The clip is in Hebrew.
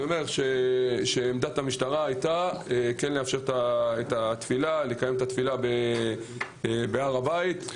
עמדת המשטרה הייתה לאפשר את התפילה ולקיים אותה בהר הבית.